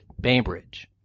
Bainbridge